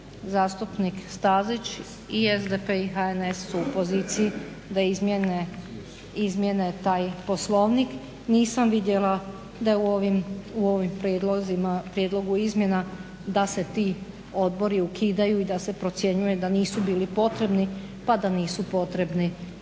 2012.zastupnik Stazić i SDP i HNS su u poziciji da izmijene taj Poslovnik. Nisam vidjela da je u ovim prijedlozima izmjena da se ti odbori ukidaju i da se procjenjuje da nisu bili potrebni pa da nisu potrebni niti